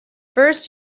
first